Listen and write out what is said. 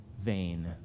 vain